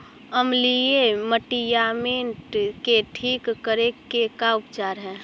अमलिय मटियामेट के ठिक करे के का उपचार है?